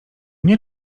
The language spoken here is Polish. nie